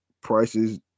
prices